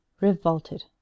revolted